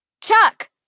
Chuck